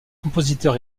compositeur